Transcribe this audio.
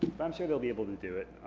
i'm sure they'll be able to do it.